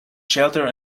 shelter